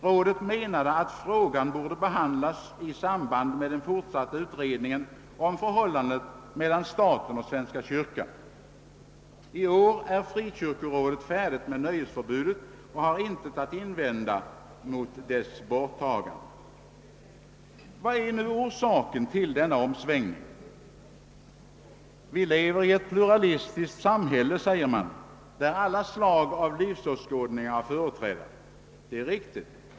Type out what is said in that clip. Rådet menade att frågan borde behandlas i samband med den fortsatta utredningen om förhållandet mellan staten och svenska kyrkan. I år är frikyrkorådet färdigt med nöjesförbudet och har intet att invända mot dess borttagande. Vad är nu orsaken till denna omsvängning? Vi lever i ett pluralistiskt samhälle, säger man, där alla slag av livsåskådningar är företrädda. Det är riktigt.